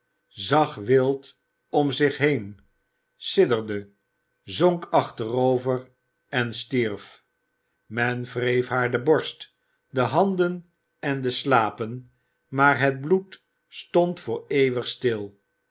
zag wild om zich heen sidderde zonk achterover en stierf men wreef haar de borst de handen en de slapen maar het bloed stond voor eeuwig stil